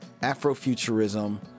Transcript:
Afrofuturism